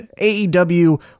AEW